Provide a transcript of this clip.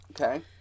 Okay